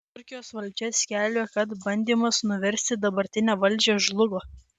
turkijos valdžia skelbia kad bandymas nuversti dabartinę valdžią žlugo